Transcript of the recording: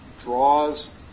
draws